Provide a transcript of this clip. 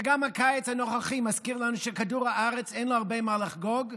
גם הקיץ הנוכחי מזכיר לנו שלכדור הארץ אין הרבה מה לחגוג.